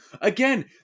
again